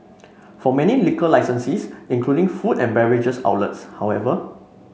for many liquor licensees including food and beverage outlets however